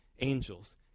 angels